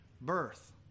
birth